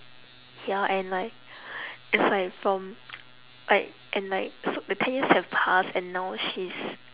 ya and like it's like from like and like so the ten years have passed and now she's